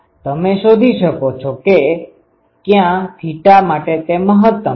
તમે શોધી શકો છો કે ક્યા થીટાθ માટે તે મહતમ છે